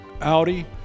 Audi